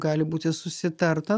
gali būti susitarta